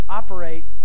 operate